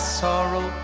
sorrow